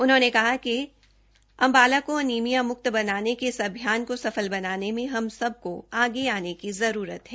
उन्होंने कहा कि अंबाला को अनीमिया मुक्त करने के लिए अभियान को सफल बनाने में हम सबको आगे आने की जरूरत है